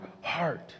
heart